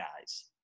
guys